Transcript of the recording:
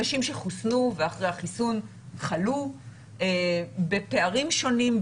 אנשים שחוסנו ואחרי החיסון חלו בפערים שונים,